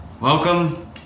Welcome